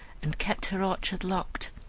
and kept her orchard locked,